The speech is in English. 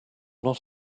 not